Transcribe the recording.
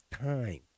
time